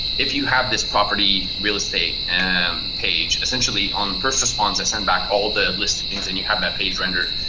if you have this property real estate and page, essentially on first response they send back all the listings and you have that page rendered.